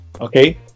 okay